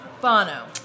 Bono